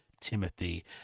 Timothy